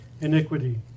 iniquity